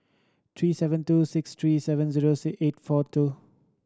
three seven two six three seven zero six eight four two